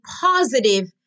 positive